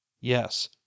Yes